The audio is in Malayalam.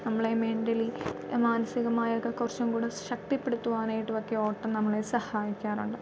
നമ്മളെ മെൻറലി മാനസികമായൊക്കെ കുറച്ചും കൂടെ ശക്തി പെടുത്തുവാനായിട്ടൊക്കെ ഓട്ടം നമ്മളെ സഹായിക്കാറുണ്ട്